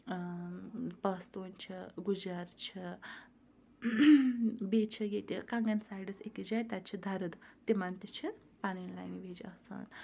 پَستوٗنۍ چھِ گُجَر چھِ بیٚیہِ چھِ ییٚتہِ کَنٛگَن سایڈَس أکِس جاے تَتہِ چھِ دَرٕد تِمَن تہِ چھِ پَنٕںۍ لینٛگویج آسان